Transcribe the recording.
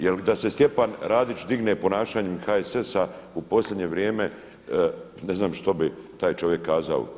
Jer da se Stjepan Radić digne ponašanjem HSS-a u posljednje vrijeme, ne znam što bi taj čovjek kazao.